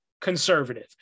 conservative